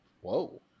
Whoa